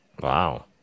Wow